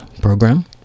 program